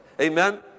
Amen